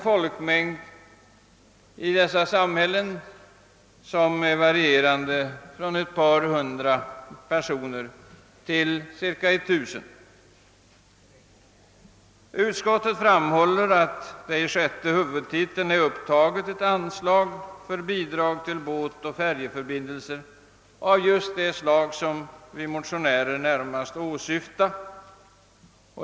Folkmängden i dessa samhällen varierar mellan ett par hundra och cirka 1000 personer. Utskottet framhåller att det under sjätte huvudtiteln finns upptaget ett anslag för bidrag till båtoch färjförbindelser av det slag som vi motionärer närmast åsyftar.